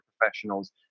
professionals